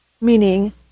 Meaning